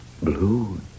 blue